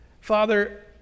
Father